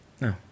No